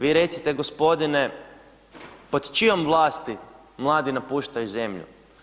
Vi recite gospodine, pod čijom vlasti mladi napuštaju zemlju?